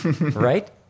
right